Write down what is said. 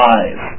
Five